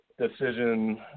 decision